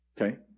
Okay